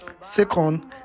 Second